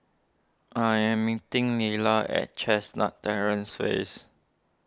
I am meeting Lelar at Chestnut Terrace